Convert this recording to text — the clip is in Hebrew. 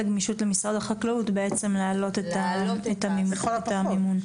הגמישות למשרד החקלאות בעצם להעלות את המימון.